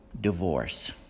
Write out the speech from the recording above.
divorce